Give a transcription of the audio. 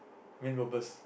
main purpose